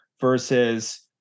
versus